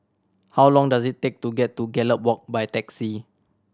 how long does it take to get to Gallop Walk by taxi